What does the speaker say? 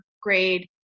grade